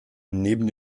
neben